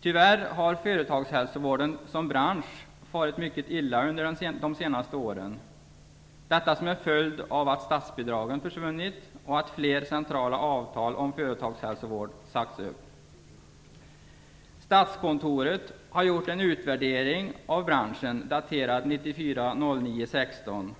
Tyvärr har företagshälsovården, som bransch, farit mycket illa under de senaste åren. Det är en följd av att statsbidragen har försvunnit och att fler centrala avtal om företagshälsovård har sagts upp. Statskontoret har gjort en utvärdering av branschen som är daterad den 16 september 1994.